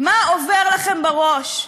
מה עובר לכם בראש?